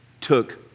took